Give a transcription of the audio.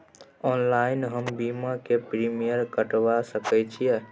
Online हम बीमा के प्रीमियम कटवा सके छिए?